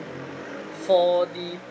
for the